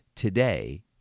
today